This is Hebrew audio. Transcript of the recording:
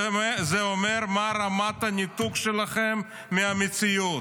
זה אומר מה רמת הניתוק שלכם מהמציאות.